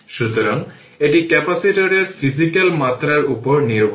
সুতরাং এটি ক্যাপাসিটরের ফিজিক্যাল মাত্রার উপর নির্ভর করে